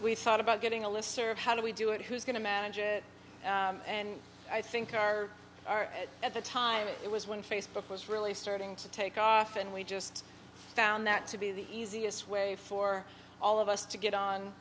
we'd thought about getting a list of how do we do it who's going to manage it and i think our are at at the time it was when facebook was really starting to take off and we just found that to be the easiest way for all of us to get on